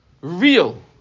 real